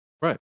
Right